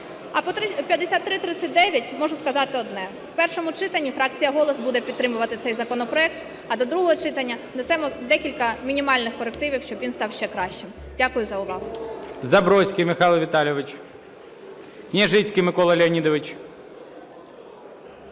А про 5339 можу сказати одне – в першому читанні фракція "Голос" буде підтримувати цей законопроект, а до другого читання внесемо декілька мінімальних корективів, щоб він став ще кращим. Дякую за увагу.